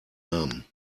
namen